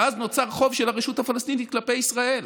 ואז נוצר חוב של הרשות הפלסטינית כלפי ישראל,